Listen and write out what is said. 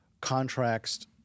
contracts